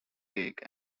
take